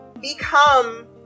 become